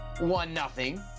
One-nothing